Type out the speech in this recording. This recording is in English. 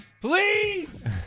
Please